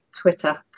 Twitter